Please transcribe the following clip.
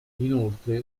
inoltre